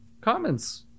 comments